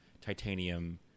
Titanium